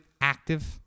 active